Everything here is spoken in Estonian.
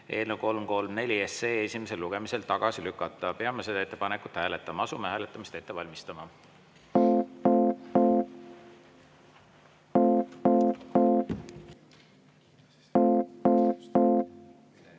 eelnõu 334 esimesel lugemisel tagasi lükata. Peame seda ettepanekut hääletama. Asume hääletamist ette valmistama.